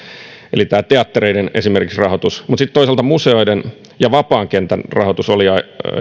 eli esimerkiksi tämä teattereiden rahoitus mutta toisaalta museoiden ja vapaan kentän rahoitus oli